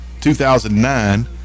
2009